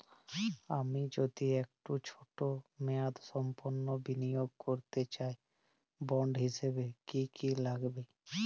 আমি যদি একটু ছোট মেয়াদসম্পন্ন বিনিয়োগ করতে চাই বন্ড হিসেবে কী কী লাগবে?